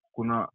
Kuna